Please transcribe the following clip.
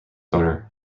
owner